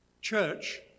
Church